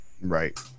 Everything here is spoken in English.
Right